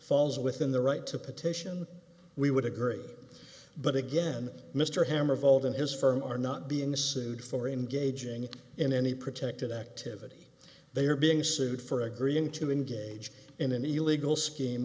falls within the right to petition we would agree but again mr hammer vold in his firm are not being sued for engaging in any protected activity they are being sued for agreeing to engage in an illegal s